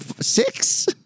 six